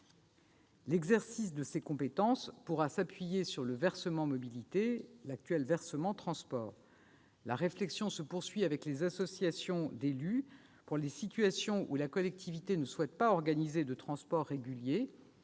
L'exercice de ces compétences pourra s'appuyer sur le versement mobilité, l'actuel versement transport. La réflexion se poursuit avec les associations d'élus pour les situations où la collectivité ne souhaite pas organiser de transports réguliers.